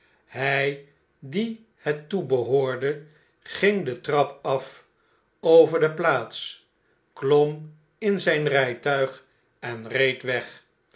hjj dien het toebehoorde ging de trap af over de plaats klom in zijn rjjtuig en reed weg